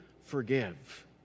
forgive